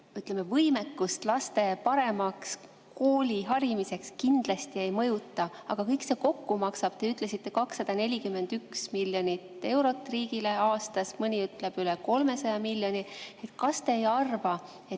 ütleme, võimekust laste paremaks kooliharimiseks kindlasti ei mõjuta, aga kõik see kokku maksab, te ütlesite, 241 miljonit eurot riigile aastas, mõni ütleb üle 300 miljoni. Kas te ei arva, et